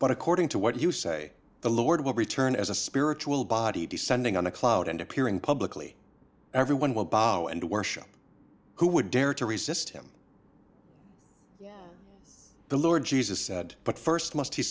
but according to what you say the lord will return as a spiritual body descending on a cloud and appearing publicly everyone will bow and worship who would dare to resist him the lord jesus said but first must he